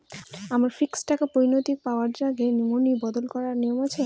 আমার ফিক্সড টাকা পরিনতি পাওয়ার আগে নমিনি বদল করার নিয়ম আছে?